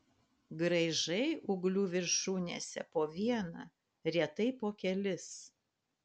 graižai ūglių viršūnėse po vieną retai po kelis